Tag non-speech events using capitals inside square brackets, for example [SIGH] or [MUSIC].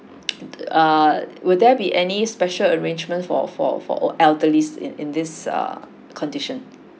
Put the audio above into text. [NOISE] err will there be any special arrangements for for for elderly in in this err condition